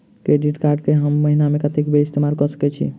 Credit card कऽ हम महीना मे कत्तेक बेर इस्तेमाल कऽ सकय छी?